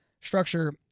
structure